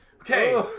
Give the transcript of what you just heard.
Okay